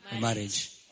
Marriage